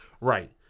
Right